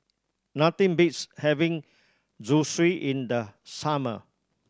nothing beats having Zosui in the summer